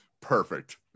perfect